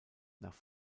nach